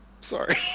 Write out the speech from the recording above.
Sorry